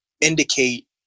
indicate